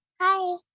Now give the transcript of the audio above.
Hi